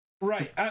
Right